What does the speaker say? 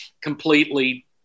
completely